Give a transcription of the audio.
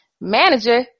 manager